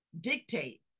dictate